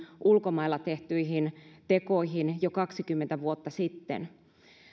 ulkomailla tehtyihin tekoihin jo kaksikymmentä vuotta sitten